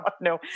no